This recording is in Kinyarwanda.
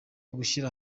gushyira